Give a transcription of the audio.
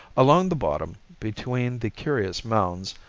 along the bottom, between the curious mounds,